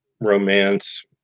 romance